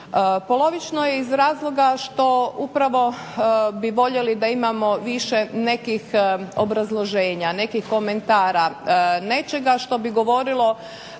Polovično je iz razloga što upravo bi voljeli da imamo više nekih obrazloženja, nekih komentara, nečega što bi govorilo